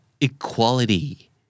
equality